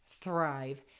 thrive